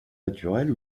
naturelle